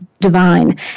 divine